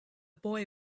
boy